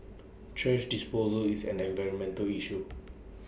thrash disposal is an environmental issue